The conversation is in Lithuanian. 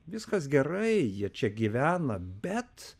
viskas gerai jie čia gyvena bet